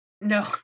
No